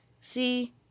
See